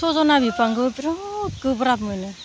सजना बिफांखौ बिराद गोब्राब मोनो